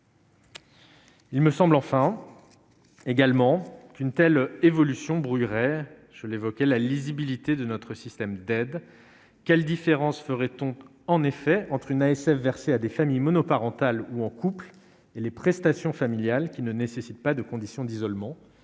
Il me semble enfin également qu'une telle évolution brouillerait je l'évoquais la lisibilité de notre système d'aide quelle différence ferait-t-on en effet entre une ASF versées à des familles monoparentales ou en coupe et les prestations familiales qui ne nécessite pas de conditions d'isolement